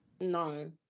no